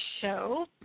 show